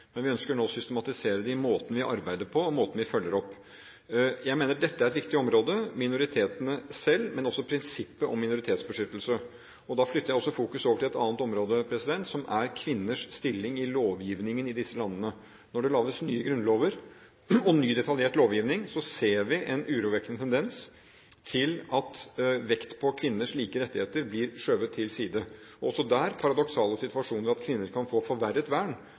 Men vi ønsker nå å systematisere det i måten vi arbeider på, og måten vi følger opp. Jeg mener at dette er et viktig område – minoritetene selv, men også prinsippet om minoritetsbeskyttelse. Da flytter jeg også fokus over til et annet område som er kvinners stilling i lovgivningen i disse landene. Når det lages nye grunnlover og ny detaljert lovgivning, ser vi en urovekkende tendens til at vekt på kvinners like rettigheter blir skjøvet til side, og også den paradoksale situasjonen at kvinner kan få forverret vern,